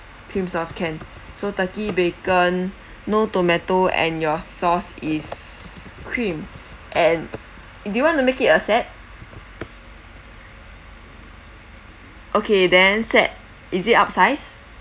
cream sauce can so turkey bacon no tomato and your sauce is cream and do you want to make it a set okay then set is it upsize